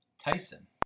Tyson